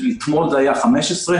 שאתמול היה 15,